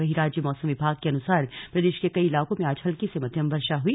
वहीं राज्य मौसम विभाग के अनुसार प्रदेश के कई इलाकों में आज हल्की से मध्यम वर्षा हई